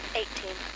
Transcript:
eighteen